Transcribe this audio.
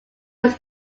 was